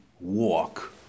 walk